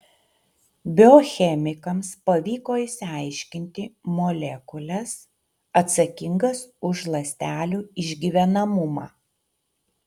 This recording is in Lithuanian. biochemikams pavyko išaiškinti molekules atsakingas už ląstelių išgyvenamumą